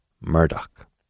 Murdoch